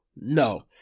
No